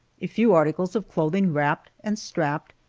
a few articles of clothing wrapped and strapped,